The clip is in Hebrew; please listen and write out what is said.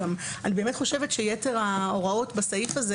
אני חושבת שיתר ההוראות בסעיף הזה